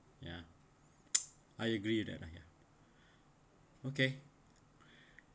ya I agree that lah ya okay